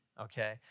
okay